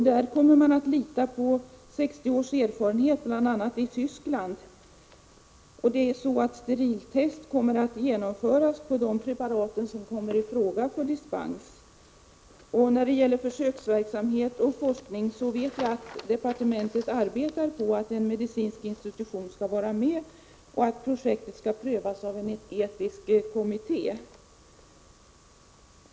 I detta arbete kommer man att kunna förlita sig på erfarenheter från 60 års användning av naturmedel, bl.a. i Tyskland. Steriltest kommer att utföras på de preparat som är aktuella för dispens. När det gäller försöksverksamhet och forskning vet vi att departementet arbetar för att en medicinsk institution skall vara inkopplad och att projektet skall prövas av en etisk kommitté.